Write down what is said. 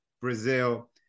Brazil